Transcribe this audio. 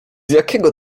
jakiego